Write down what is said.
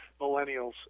millennials